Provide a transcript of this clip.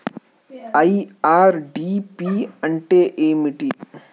IRDP అంటే ఏమిటి?